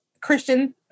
Christian